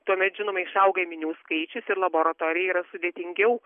tuomet žinoma išauga minių skaičius ir laboratorijai yra sudėtingiau